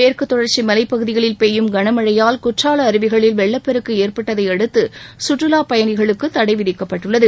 மேற்கு தொடர்ச்சி மலைகுதிகளில் பெய்யும் கனமழையால் குற்றாலம் அருவிகளில் வெள்ளப்பெருக்கு ஏற்பட்டதை அடுத்து சுற்றுவா பயணிகளுக்கு தடை விதிக்கப்பட்டுள்ளது